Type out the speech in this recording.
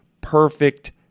perfect